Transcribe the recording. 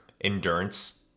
endurance